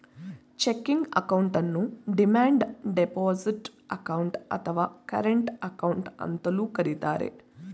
checking ಅಕೌಂಟನ್ನು demand deposit account, ಅಥವಾ current account ಅಂತಲೂ ಕರಿತರೆ